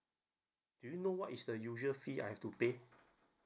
do you know what is the usual fee I have to pay